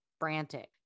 frantic